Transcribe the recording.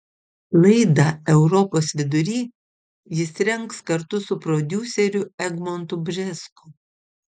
laidą europos vidury jis rengs kartu su prodiuseriu egmontu bžesku